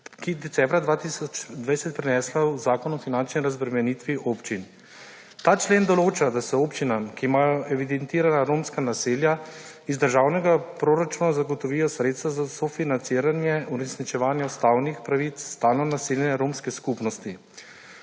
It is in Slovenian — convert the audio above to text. je decembra 2020 prinesla v Zakon o finančni razbremenitvi očin. Ta člen določa, da se občinam, ki imajo evidentirana romska naselja iz državnega proračuna zagotovijo sredstva za sofinanciranje uresničevanja ustavnih pravic stalno naseljene romske skupnosti.